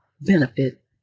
benefit